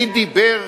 אני לא זוכר מי דיבר,